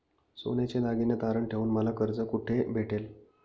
सोन्याचे दागिने तारण ठेवून मला कर्ज कुठे भेटेल?